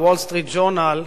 "וול-סטריט ז'ורנל",